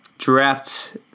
Draft